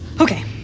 Okay